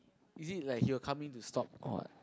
is it like you're coming to stop or what